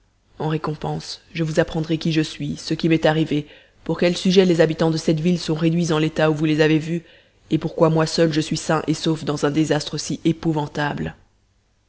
en récompense je vous apprendrai qui je suis ce qui m'est arrivé pour quel sujet les habitants de cette ville sont réduits en l'état où vous les avez vus et pourquoi moi seul je suis sain et sauf dans un désastre si épouvantable